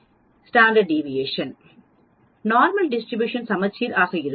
normal distribution சமச்சீர் ஆக இருக்கும்